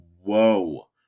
Whoa